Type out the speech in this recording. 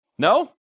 No